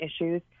issues